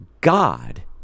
God